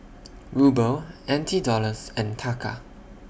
Ruble N T Dollars and Taka